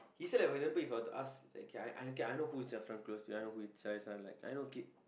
he said like for example If I were to ask okay okay I know who's Zirfan close who is jia yi are like I know kid